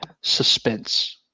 suspense